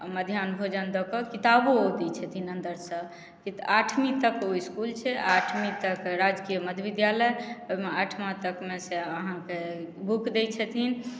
आ मध्याह्न भोजन दऽ कऽ किताबो ओ दै छथिन अन्दर सऽ किया तऽ आठवीं तक ओ इसकुल छै आठवीं तक राजकीय मध्य विद्यालय ओहि मे अठमा तक मे से अहाँके बुक दै छथिन